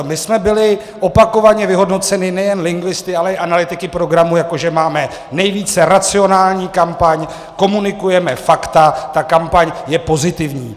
My jsme byli opakovaně vyhodnoceni nejen lingvisty, ale i analytiky programu, jako že máme nejvíce racionální kampaň, komunikujeme fakta, ta kampaň je pozitivní.